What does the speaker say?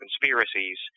conspiracies